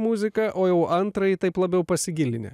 muziką o jau antrąjį taip labiau pasigilinę